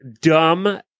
dumb